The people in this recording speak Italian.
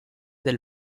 del